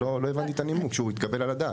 לא הבנתי את הנימוק שהוא מתקבל על הדעת.